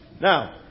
Now